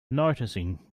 noticing